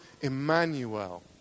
Emmanuel